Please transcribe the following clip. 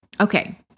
Okay